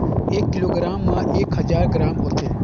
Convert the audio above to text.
एक किलोग्राम म एक हजार ग्राम होथे